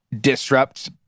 disrupt